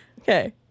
Okay